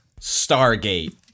Stargate